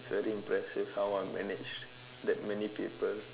is very impressive how I managed that many people